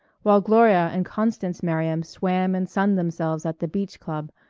while gloria and constance merriam swam and sunned themselves at the beach club,